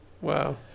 Wow